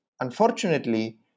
unfortunately